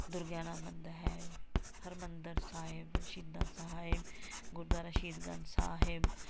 ਦੁਰਗਿਆਣਾ ਮੰਦਰ ਹੈ ਹਰਿਮੰਦਰ ਸਾਹਿਬ ਸ਼ਹੀਦਾਂ ਸਾਹਿਬ ਗੁਰਦੁਆਰਾ ਸ਼ਹੀਦ ਗੰਜ ਸਾਹਿਬ